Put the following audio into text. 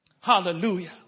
Hallelujah